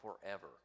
forever